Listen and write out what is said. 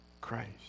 Christ